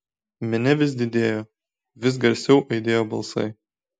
minia vis didėjo vis garsiau aidėjo balsai